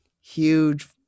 huge